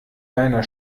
deiner